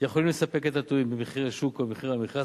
יכולים לספק את הטובין במחירי שוק או במחירי המכרז,